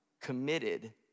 committed